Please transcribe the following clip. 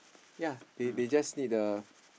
yea they they just need the